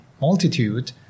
multitude